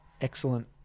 excellent